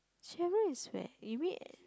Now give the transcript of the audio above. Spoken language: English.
Chevron is where you mean